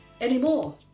anymore